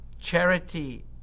charity